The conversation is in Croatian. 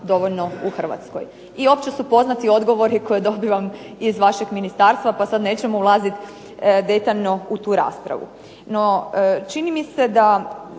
dovoljno u Hrvatskoj i opće su poznati odgovori koje dobivam iz vašeg ministarstva, pa sad nećemo ulaziti detaljno u tu raspravu. No, čini mi se da